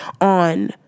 on